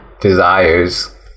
desires